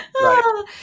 right